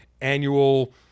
annual